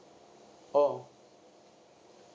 orh